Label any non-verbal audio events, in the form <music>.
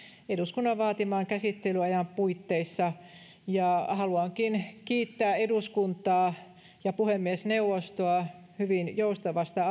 eduskunnan vaatiman käsittelyajan puitteissa haluankin kiittää eduskuntaa ja puhemiesneuvostoa hyvin joustavasta <unintelligible>